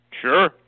Sure